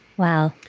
wow.